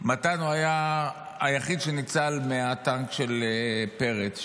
מתן היה היחיד שניצל מהטנק של פרץ,